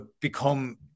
become